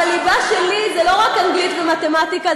אבל הליבה שלי היא לא רק אנגלית ומתמטיקה,